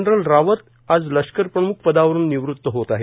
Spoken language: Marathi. जनरल रावत आज लष्कर प्रम्ख पदावरुन निवृत्त होत आहेत